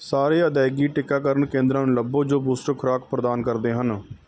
ਸਾਰੇ ਅਦਾਇਗੀ ਟੀਕਾਕਰਨ ਕੇਂਦਰਾਂ ਨੂੰ ਲੱਭੋ ਜੋ ਬੂਸਟਰ ਖੁਰਾਕ ਪ੍ਰਦਾਨ ਕਰਦੇ ਹਨ